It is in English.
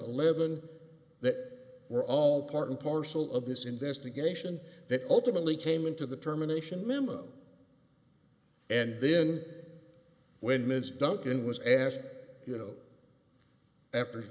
eleven that were all part and parcel of this investigation that ultimately came into the terminations memo and then when ms duncan was asked you know after